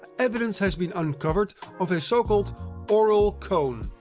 evidence has been uncovered of a so-called oral cone.